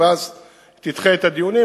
ואז תדחה את הדיונים,